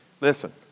Listen